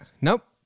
Nope